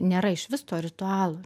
nėra išvis to ritualo